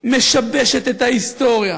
ומשבשת את ההיסטוריה